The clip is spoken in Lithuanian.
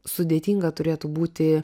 sudėtinga turėtų būti